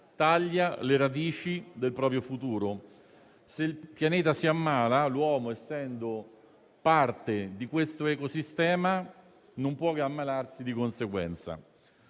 tagli le radici del proprio futuro: se il Pianeta si ammala, l'uomo, essendo parte di questo ecosistema, non può che ammalarsi di conseguenza.